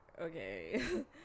okay